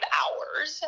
hours